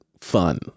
fun